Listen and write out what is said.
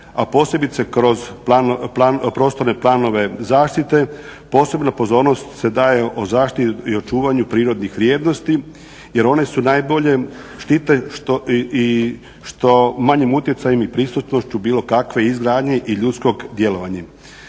a posebice kroz prostorne planove zaštite posebna pozornost se daje zaštiti i očuvanju prirodnih vrijednosti jer one su najbolje štite i što manjim utjecajem i prisutnošću bilo kakve izgradnje i ljudskog djelovanja.